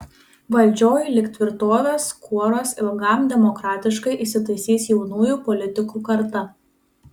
valdžioj lyg tvirtovės kuoruos ilgam demokratiškai įsitaisys jaunųjų politikų karta